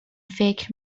فکر